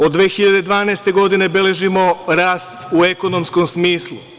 Od 2012. godine beležimo rast u ekonomskom smislu.